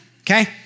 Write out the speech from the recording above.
Okay